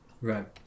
Right